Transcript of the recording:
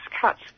cuts